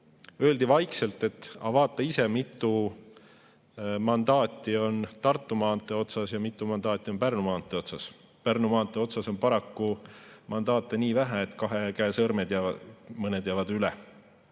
öeldi vaikselt, et aga vaata ise, kui mitu mandaati on Tartu maantee otsas ja kui mitu mandaati on Pärnu maantee otsas. Pärnu maantee otsas on paraku mandaate nii vähe, et kahe käe sõrmedest jäävad mõned